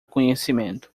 conhecimento